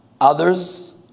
others